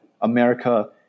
America